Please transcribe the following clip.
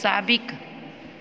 साबिक़ु